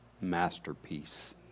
masterpiece